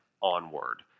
onward